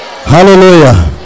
Hallelujah